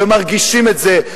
ומרגישים את זה,